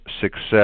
success